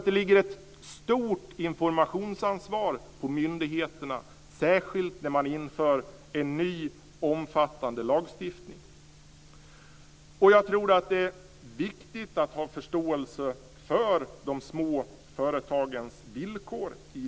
Det ligger ett stort informationsansvar på myndigheterna, särskilt när en ny omfattande lagstiftning införs. Det är viktigt att ha förståelse för de små företagens villkor.